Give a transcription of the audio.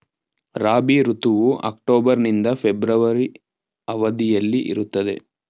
ರಾಬಿ ಋತುವು ಅಕ್ಟೋಬರ್ ನಿಂದ ಫೆಬ್ರವರಿ ಅವಧಿಯಲ್ಲಿ ಇರುತ್ತದೆ